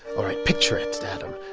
all right, picture it, adam.